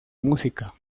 música